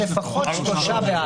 ולפחות 3 בעד.